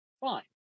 fine